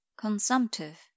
consumptive